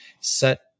set